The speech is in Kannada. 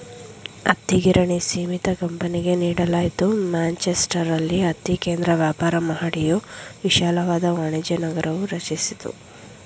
ಹತ್ತಿಗಿರಣಿ ಸೀಮಿತ ಕಂಪನಿಗೆ ನೀಡಲಾಯ್ತು ಮ್ಯಾಂಚೆಸ್ಟರಲ್ಲಿ ಹತ್ತಿ ಕೇಂದ್ರ ವ್ಯಾಪಾರ ಮಹಡಿಯು ವಿಶಾಲವಾದ ವಾಣಿಜ್ಯನಗರ ರಚಿಸಿದವು